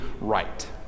right